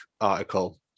article